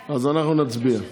אז, אנחנו נצביע.